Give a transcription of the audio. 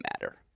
matter